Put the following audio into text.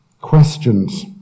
Questions